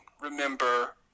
remember